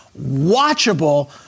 watchable